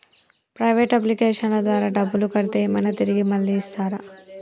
Private అప్లికేషన్ల ద్వారా డబ్బులు కడితే ఏమైనా తిరిగి మళ్ళీ ఇస్తరా?